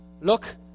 Look